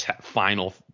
final